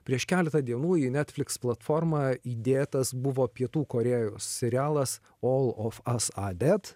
prieš keletą dienų į netflix platformą įdėtas buvo pietų korėjos serialas all of us are dead